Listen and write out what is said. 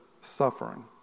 suffering